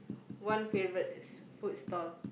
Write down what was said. one favourite this food stall